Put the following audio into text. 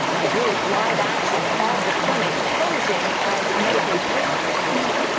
the group, live-action, called the clinics posing as medicaid patients, take a look.